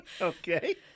Okay